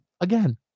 again